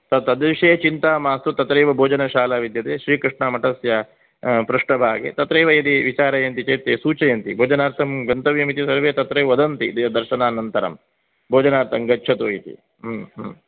तद् तद्विषये चिन्ता मास्तु तत्रैव भोजनशाला विद्यते श्रीकृष्णमठस्य पृष्ठभागे तत्रैव यदि विचारयन्ति चेत् ते सूचयन्ति भोजनार्थं गन्तव्यम् इति सर्वे तत्रैव वदन्ति दर्शनानन्तरं भोजनार्थं गच्छतु इति